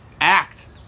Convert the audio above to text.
act